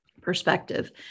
perspective